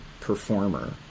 performer